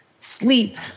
Sleep